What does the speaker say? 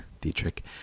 Dietrich